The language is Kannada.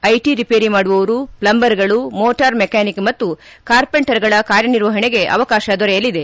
ಐಟಿ ರಿಪೇರಿ ಮಾಡುವವರು ಫ್ಲಂಬರ್ಗಳು ಮೋಟಾರ್ ಮೆಕಾನಿಕ್ ಮತ್ತು ಕಾರ್ಪೆಂಟರ್ಗಳ ಕಾರ್ಯ ನಿರ್ವಹಣೆಗೆ ಅವಕಾರ ದೊರೆಯಲಿದೆ